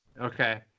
okay